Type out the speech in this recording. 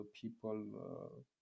people